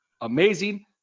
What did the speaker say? amazing